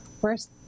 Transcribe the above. first